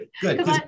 good